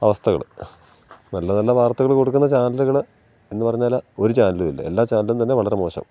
അവസ്ഥകൾ നല്ല നല്ല വാർത്തകൾ കൊടുക്കുന്ന ചാനലുകൾ എന്നു പറഞ്ഞാൽ ഒരു ചാനലുമില്ല എല്ലാ ചാനലും തന്നെ വളരെ മോശം